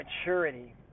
maturity